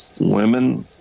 women